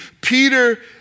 Peter